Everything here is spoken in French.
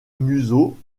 museau